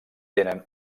tenen